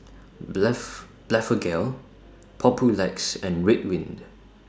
Blephagel Papulex and Ridwind